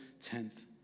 tenth